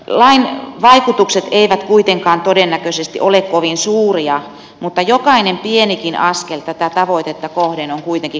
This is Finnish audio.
lain vaikutukset eivät kuitenkaan todennäköisesti ole kovin suuria mutta jokainen pienikin askel tätä tavoitetta kohden on kuitenkin kannatettava